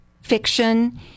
fiction